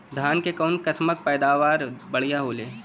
धान क कऊन कसमक पैदावार बढ़िया होले?